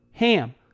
HAM